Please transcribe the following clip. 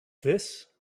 this